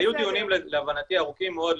היו דיונים להבנתי ארוכים מאוד,